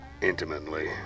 Intimately